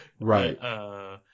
right